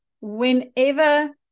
whenever